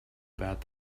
about